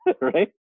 right